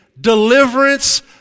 Deliverance